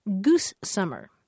Goose-Summer